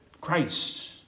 Christ